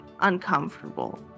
uncomfortable